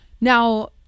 Now